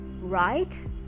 Right